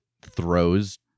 throws